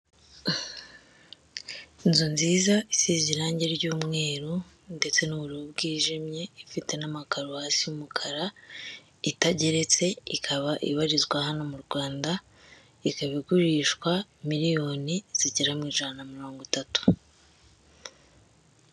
Inzu nziza isize irangi ry'umweru ndetse n'ubururu bwijimye, ifite n'amakaro hasi y'umukara, itageretse, ikaba ibarizwa hano mu Rwanda, ikaba igurishwa miliyoni zigera mu ijana mirongo itatu.